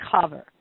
cover